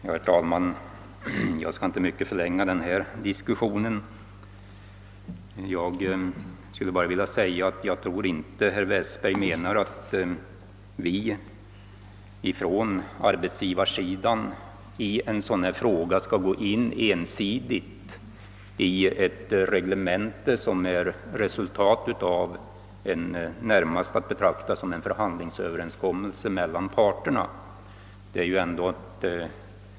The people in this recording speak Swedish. Herr talman! Jag skall inte förlänga denna diskussion. Jag tror inte att herr Westberg menar att vi från arbetsgivarsidan ensidigt skall ändra ett reglemente som närmast är att betrakta som en förhandlingsöverenskommelse mellan parterna.